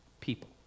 people